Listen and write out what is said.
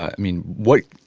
i mean what,